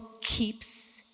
keeps